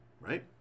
Right